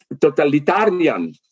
totalitarian